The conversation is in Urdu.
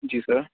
جی سر